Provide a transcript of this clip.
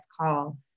call